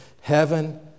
heaven